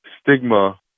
stigma